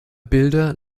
bilder